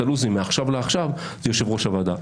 הלו"זים מעכשיו לעכשיו הוא יושב-ראש הוועדה.